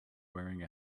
wearing